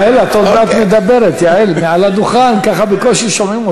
למה אתה מכניס להם משהו שהם לא מרגישים?